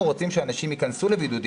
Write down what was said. אנחנו רוצים שאנשים ייכנסו לבידוד,